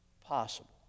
possible